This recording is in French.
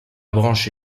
branche